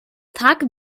tuck